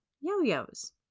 yo-yos